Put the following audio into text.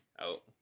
out